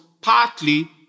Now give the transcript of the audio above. partly